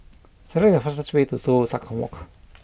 select the fastest way to Toh Tuck Walk